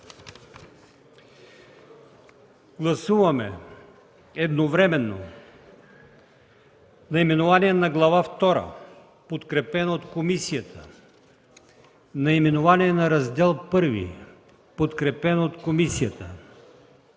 Гласуваме едновременно наименование на Глава втора, подкрепено от комисията; наименование на Раздел І, подкрепено от комисията.